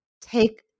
take